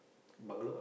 bungalow